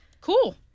cool